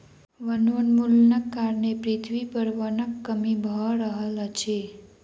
वनोन्मूलनक कारणें पृथ्वी पर वनक कमी भअ रहल अछि